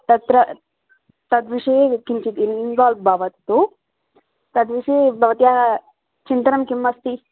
तत्र तद्विषये किञ्चित् इन्वाल्व् भवतु तद्विषये भवत्याः चिन्तनं किम् अस्ति